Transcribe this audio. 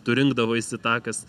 tu rinkdavaisi tą kas